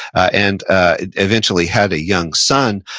and eventually had a young son.